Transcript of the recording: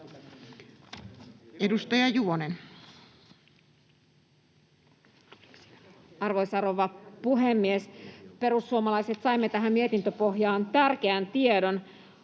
18:14 Content: Arvoisa rouva puhemies! Me perussuomalaiset saimme tähän mietintöpohjaan tärkeän tiedon: